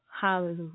Hallelujah